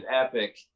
Epic